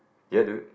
ya dude